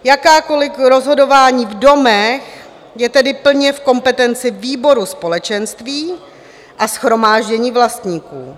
Jakékoliv rozhodování v domech je tedy plně v kompetenci výboru společenství a shromáždění vlastníků.